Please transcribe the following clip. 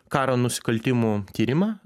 karo nusikaltimų tyrimą